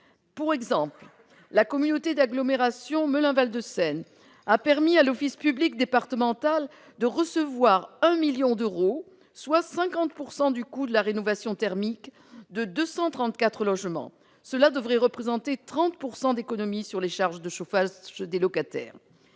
Pour exemple, la communauté d'agglomération Melun Val de Seine a permis à l'office public départemental de recevoir un million d'euros, soit 50 % du coût de la rénovation thermique de 234 logements. Cela devrait représenter 30 % d'économies sur les charges de chauffage des locataires.